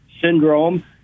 syndrome